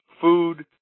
food